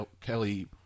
Kelly